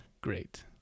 great